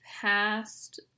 Past